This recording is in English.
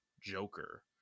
Joker